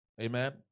Amen